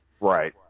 Right